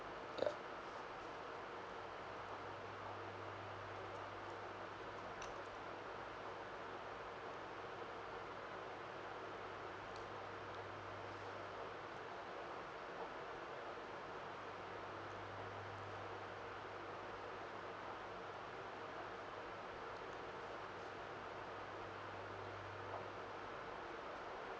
ya